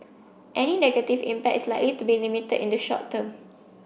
any negative impact is likely to be limited in the short term